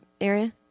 area